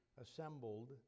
assembled